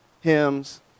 hymns